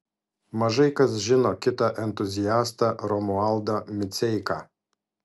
mažai kas žino kitą entuziastą romualdą miceiką